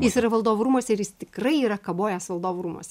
jis yra valdovų rūmuose ir jis tikrai yra kabojęs valdovų rūmuos